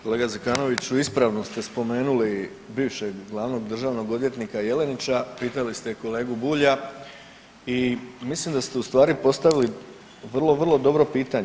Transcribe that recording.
Kolega Zekanoviću ispravno ste spomenuli bivšeg glavnog državnog odvjetnika Jelenića, pitali ste kolegu Bulja i mislim da ste ustvari postavili vrlo, vrlo dobro pitanje.